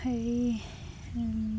হেৰি